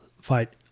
fight